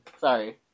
Sorry